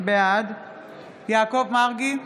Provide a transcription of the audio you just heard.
בעד יעקב מרגי,